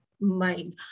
mind